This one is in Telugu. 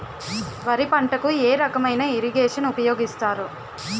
వరి పంటకు ఏ రకమైన ఇరగేషన్ ఉపయోగిస్తారు?